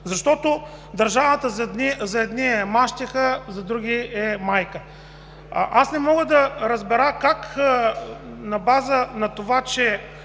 защото държавата за едни е мащеха, а за други – майка. Аз не мога да разбера как на база на това, че